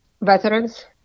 veterans